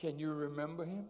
can you remember him